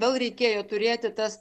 vėl reikėjo turėti tas